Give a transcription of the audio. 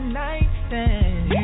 nightstand